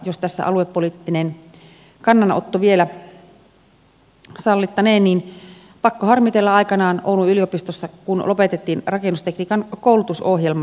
jos tässä aluepoliittinen kannanotto vielä sallittaneen niin pakko harmitella kun aikanaan oulun yliopistossa lopetettiin rakennustekniikan koulutusohjelma